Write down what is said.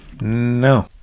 No